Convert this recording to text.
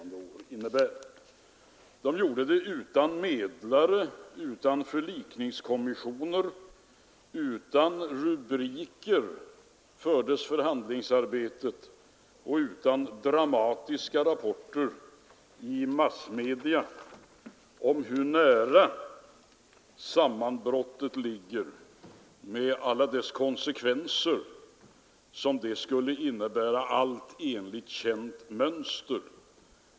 De båda parterna gjorde det utan medlare, utan förlikningskommissioner. Utan rubriker fördes förhandlingsarbete och utan dramatiska rapporter i massmedia om hur nära sammanbrottet låg med alla de konsekvenser det skulle ha inneburit — allt enligt känt mönster.